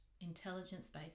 intelligence-based